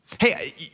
Hey